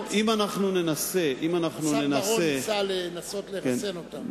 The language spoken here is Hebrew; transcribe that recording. השר בר-און ניסה לנסות לרסן אותם.